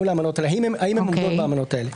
האם היא עומדת באמנות האלה.